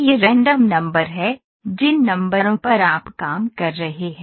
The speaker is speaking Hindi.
यह रैंडम नंबर है जिन नंबरों पर आप काम कर रहे हैं